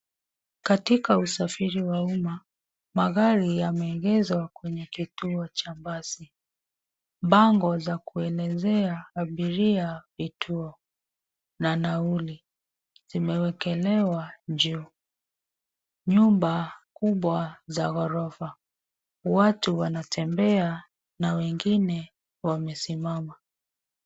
Katika usafiri wa umma, magari yameegeshwa kwenye kituo cha basi. Bango za kuelezea abiria vituo na nauli zimewekelewa juu. Nyumba kubwa za ghorofa. Watu wanatembea na wengine wamesimama.